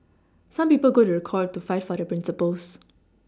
some people go to the court to fight for their Principles